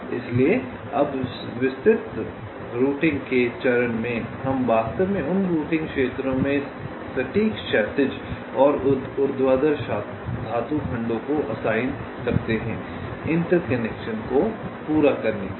इसलिए अब विस्तृत रूटिंग के चरण में हम वास्तव में उन रूटिंग क्षेत्रों में सटीक क्षैतिज और ऊर्ध्वाधर धातु खंडों को असाइन करते हैं इंटर कनेक्शन पूरा करने के लिए